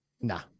Nah